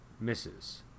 misses